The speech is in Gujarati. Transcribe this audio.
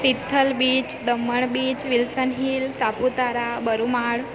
Tithal beach Daman beach Wilson hill Saputara Barumal